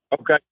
Okay